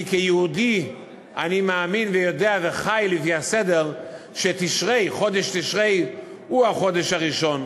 כי כיהודי אני מאמין ויודע וחי לפי הסדר שחודש תשרי הוא החודש הראשון.